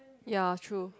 ya true